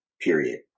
Period